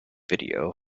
video